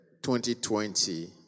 2020